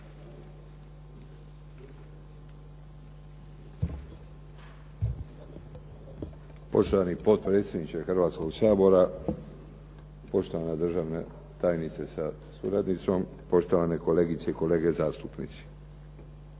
Poštovani potpredsjedniče Hrvatskoga sabora, poštovana državna tajnice sa suradnicom, poštovane kolegice i kolege zastupnici.